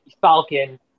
Falcon